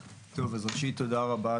ראשית, תודה רבה.